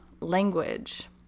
language